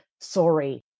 sorry